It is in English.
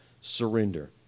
surrender